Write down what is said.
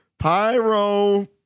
Pyro